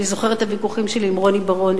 אני זוכרת את הוויכוחים שלי עם רוני בר-און.